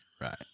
Right